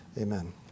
Amen